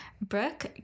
Brooke